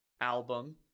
album